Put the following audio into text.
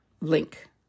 link